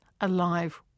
alive